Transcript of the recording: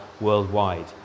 worldwide